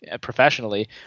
professionally